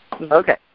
Okay